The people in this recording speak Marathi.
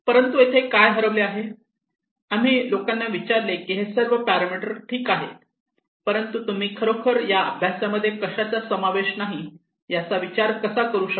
परंतु इथे काय हरवले आहे आम्ही लोकांना विचारले की हे सर्व पॅरामिटर ठीक आहे परंतु तुम्ही खरोखर या अभ्यासामध्ये कशाचा समावेश नाही याचा विचार कसा करू शकतात